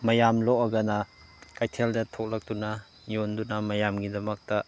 ꯃꯌꯥꯝ ꯂꯣꯛꯑꯒꯅ ꯀꯩꯊꯦꯜꯗ ꯊꯣꯛꯂꯛꯇꯨꯅ ꯌꯣꯟꯗꯨꯅ ꯃꯌꯥꯝꯒꯤꯗꯃꯛꯇ